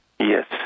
Yes